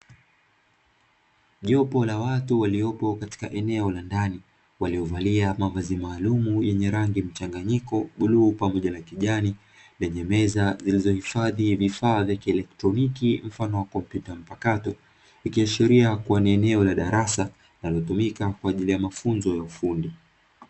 Jopo la watu waliopo katika eneo la ndani, waliovalia mavazi maalumu yenye rangi mchanganyiko bluu pamoja na kijani, yenye meza zilizohifadhi vifaa vya kielektroniki mfano wa kompyuta mpakato, ikiashiria kuwa ni eneo la darasa linalotumika kwa ajili ya mafunzo ya ufundi.